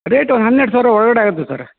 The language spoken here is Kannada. ರೇಟೂ ಹನ್ನೆರಡು ಸಾವಿರ ಒಳಗಡೆ ಆಗುತ್ತೆ ಸರ್